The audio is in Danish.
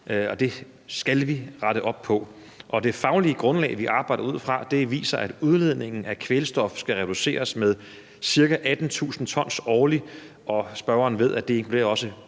det skal vi rette op på. Det faglige grundlag, vi arbejder ud fra, viser, at udledningen af kvælstof skal reduceres med ca. 18.000 t årligt. Spørgeren ved, at det også